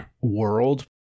world